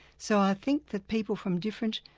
so i think that people from different,